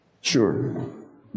sure